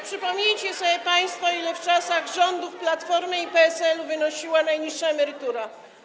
Przypomnijcie sobie państwo, ile w czasach rządów Platformy i PSL wynosiła najniższa emerytura.